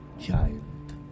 child